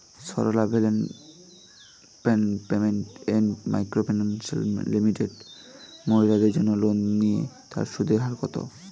Sarala development and micro finance limited মহিলাদের জন্য loan নিলে তার সুদের হার কত?